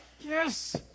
Yes